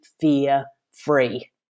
fear-free